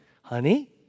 Honey